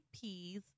peas